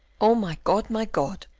oh, my god, my god!